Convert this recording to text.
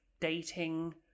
dating